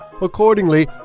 Accordingly